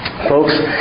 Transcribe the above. folks